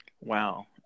Wow